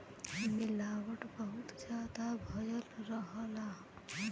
मिलावट बहुत जादा भयल रहला